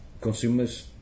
consumers